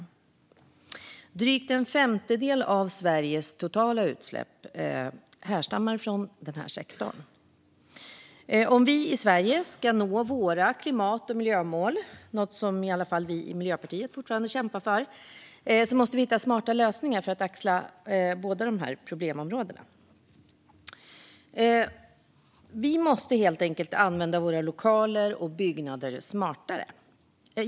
Drygt en femtedel av Sveriges totala utsläpp härstammar från denna sektor. Om vi i Sverige ska nå våra klimat och miljömål, något som i alla fall vi i Miljöpartiet fortfarande kämpar för, måste vi hitta smarta lösningar för att axla båda dessa problemområden. Vi måste helt enkelt använda våra lokaler och byggnader smartare.